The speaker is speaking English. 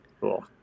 Cool